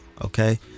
okay